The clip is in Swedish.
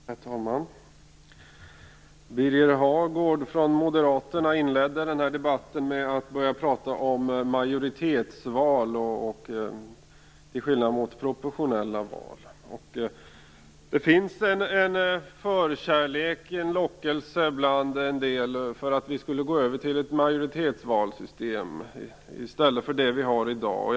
Herr talman! Birger Hagård från Moderaterna inledde den här debatten med att prata om majoritetsval, till skillnad från proportionella val. Det finns en förkärlek - en lockelse - bland en del för en övergång till ett system med majoritetsval, i stället för det valsystem vi har i dag.